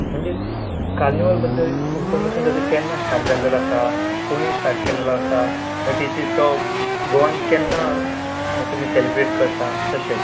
म्हणजे कार्निवल बद्दल इन्फॉर्मेशन जाय ती केन्ना स्टार्ट जाल्लेलो आसा कोणी स्टार्ट केल्लेलो आसा मागीर तेची तो गोवान केन्ना मागीर तुमी सॅलब्रेट करता तशें